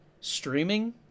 streaming